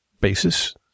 basis